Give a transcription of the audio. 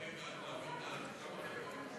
דב חנין,